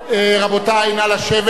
רבותי, נא לשבת.